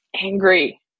angry